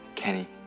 Kenny